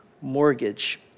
mortgage